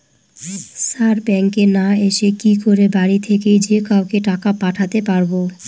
Sir ব্যাঙ্কে না এসে কি করে বাড়ি থেকেই যে কাউকে টাকা পাঠাতে পারবো?